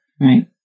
Right